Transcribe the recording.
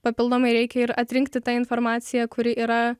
papildomai reikia ir atrinkti tą informaciją kuri yra